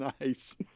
Nice